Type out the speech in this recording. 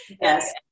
Yes